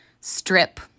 strip